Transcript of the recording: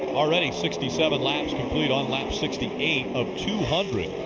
already sixty seven laps complete on lap sixty eight of two hundred.